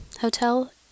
Hotel